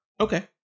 Okay